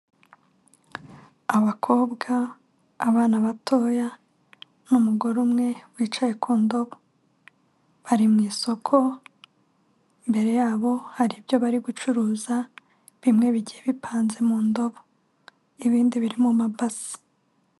Abakobwa, abana batoya n'umugore umwe wicaye ku ndobo, bari mu isoko mbere yabo hari ibyo bari gucuruza bimwe bigiye bipanze mu ndobo, ibindi biri mu mabasi.